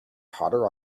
hotter